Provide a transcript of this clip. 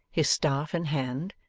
his staff in hand,